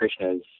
Krishnas